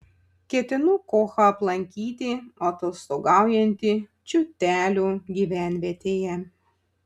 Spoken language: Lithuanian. ketinu kochą aplankyti atostogaujantį čiūtelių gyvenvietėje